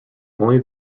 only